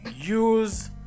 use